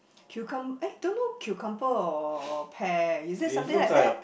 cucum~ eh don't know cucumber or pair is it something like that